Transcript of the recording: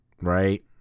right